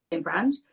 brand